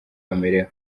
bamerewe